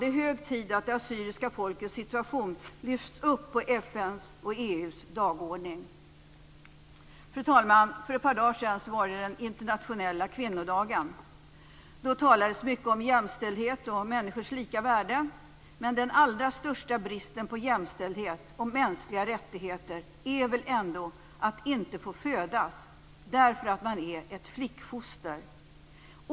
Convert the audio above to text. Det är hög tid att det assyriska folkets situation lyfts upp på FN:s och EU:s dagordning. Fru talman! För ett par dagar sedan var det den internationella kvinnodagen. Då talades det mycket om jämställdhet och människors lika värde. Men den allra största bristen på jämställdhet och mänskliga rättigheter är väl ändå att inte få födas därför att man är ett flickfoster.